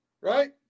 right